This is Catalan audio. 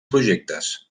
projectes